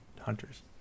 hunters